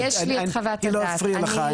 סליחה, היא לא הפריעה לך.